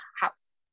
house